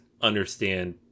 understand